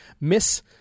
miss